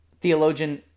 Theologian